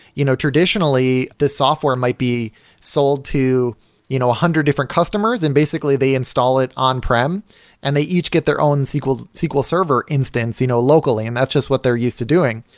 you know traditionally, the software might be sold to you know a hundred different customers and, basically, the install it on prem and they each get their own sql sql server instance you know locally, and that's just what they're used to doing.